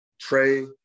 Trey